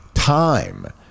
Time